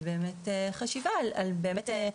חשיבה על התקציב.